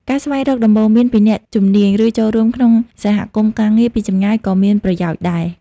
ការស្វែងរកដំបូន្មានពីអ្នកជំនាញ ឬចូលរួមក្នុងសហគមន៍ការងារពីចម្ងាយក៏មានប្រយោជន៍ដែរ។